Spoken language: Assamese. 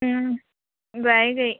যাইগেই